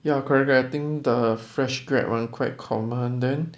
ya correct correct think the fresh grad [one] quite common then